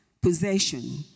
possession